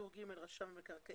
נותן השירות הוא רשם המקרקעין.